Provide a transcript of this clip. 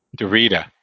Dorita